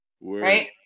Right